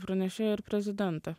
pranešėja ir prezidentė